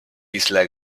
isla